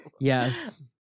Yes